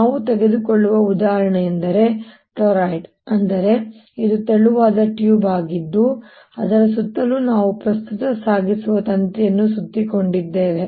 ನಾನು ತೆಗೆದುಕೊಳ್ಳುವ ಉದಾಹರಣೆಯೆಂದರೆ ಟೊರಾಯ್ಡ್ ಅಂದರೆ ಇದು ತೆಳುವಾದ ಟ್ಯೂಬ್ ಆಗಿದ್ದು ಅದರ ಸುತ್ತಲೂ ನಾವು ಪ್ರಸ್ತುತ ಸಾಗಿಸುವ ತಂತಿಯನ್ನು ಸುತ್ತಿಕೊಂಡಿದ್ದೇವೆ